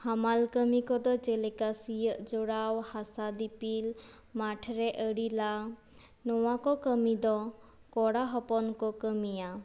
ᱦᱟᱢᱟᱞ ᱠᱟᱹᱢᱤ ᱠᱚᱫᱚ ᱡᱮᱞᱮᱠᱟ ᱥᱤᱭᱳᱜ ᱡᱚᱲᱟᱣ ᱦᱟᱥᱟ ᱫᱤᱯᱤᱞ ᱢᱟᱴ ᱨᱮ ᱟᱹᱲᱮ ᱞᱟ ᱱᱚᱣᱟ ᱠᱚ ᱠᱟᱹᱢᱤ ᱫᱚ ᱠᱚᱲᱟ ᱦᱚᱯᱚᱱ ᱠᱚ ᱠᱟᱹᱢᱤᱭᱟ